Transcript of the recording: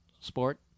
sport